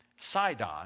Sidon